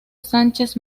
sánchez